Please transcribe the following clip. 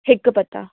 हिकु पत्ता